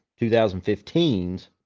2015's